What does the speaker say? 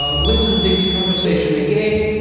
ah listened this conversation again.